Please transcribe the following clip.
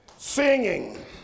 Singing